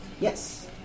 Yes